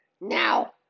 Now